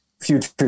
future